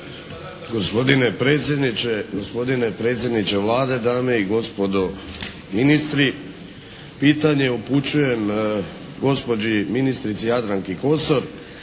gospodine predsjedniče Vlade, dame i gospodo ministri. Pitanje upućujem gospođi ministrici Jadranki Kosor.